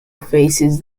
faces